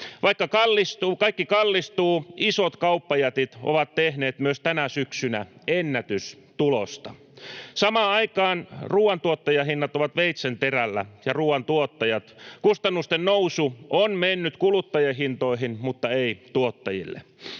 Vaikka kaikki kallistuu, isot kauppajätit ovat tehneet myös tänä syksynä ennätystulosta. Samaan aikaan ruuan tuottajahinnat ovat veitsenterällä — ja ruuantuottajat. Kustannusten nousu on mennyt kuluttajahintoihin mutta ei tuottajille.